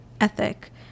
ethic